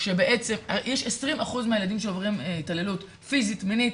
20% מהילדים עוברים התעללות פיזית, מינית.